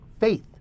faith